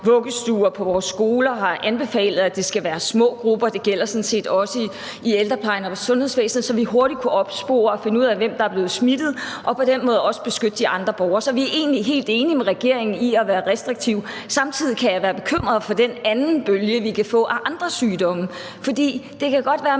vuggestuer og på vores skoler skal være små grupper – det gælder sådan set også i ældreplejen og i sundhedsvæsenet – så vi hurtigt kan opspore og finde ud af, hvem der er blevet smittet, og på den måde også beskytte andre borgere. Så vi er egentlig helt enige med regeringen i at være restriktive. Samtidig kan jeg være bekymret for den anden bølge, vi kan få, af andre sygdomme. For det kan godt være,